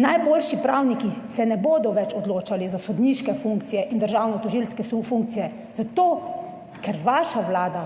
Najboljši pravniki se ne bodo več odločali za sodniške funkcije in državno tožilske funkcije, zato ker vaša vlada